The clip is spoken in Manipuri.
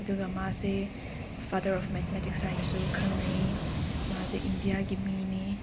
ꯑꯗꯨꯒ ꯃꯥꯁꯦ ꯐꯥꯗꯔ ꯑꯣꯐ ꯃꯦꯠꯊꯃꯦꯇꯤꯛꯁ ꯍꯥꯏꯅꯁꯨ ꯈꯪꯅꯩ ꯃꯥꯁꯦ ꯏꯟꯗꯤꯌꯥꯒꯤ ꯃꯤꯅꯤ